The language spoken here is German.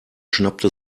schnappte